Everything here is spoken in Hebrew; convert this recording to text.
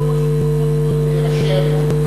למה לא משווים אותם לראשי ערים?